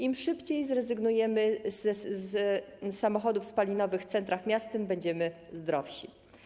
Im szybciej zrezygnujemy z samochodów spalinowych w centrach miast, tym będziemy zdrowsi.